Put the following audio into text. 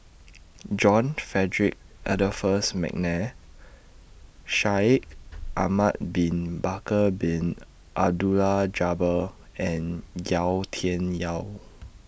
John Frederick Adolphus Mcnair Shaikh Ahmad Bin Bakar Bin Abdullah Jabbar and Yau Tian Yau